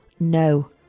no